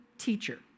teacher